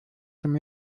dem